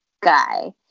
guy